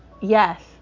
Yes